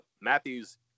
Matthews